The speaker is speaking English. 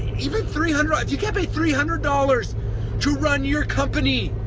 even three hundred. if you kept a three hundred dollars to run your company,